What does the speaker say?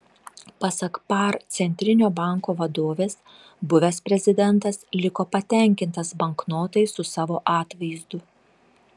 pasak par centrinio banko vadovės buvęs prezidentas liko patenkintas banknotais su savo atvaizdu